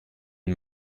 ein